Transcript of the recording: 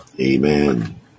Amen